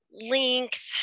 length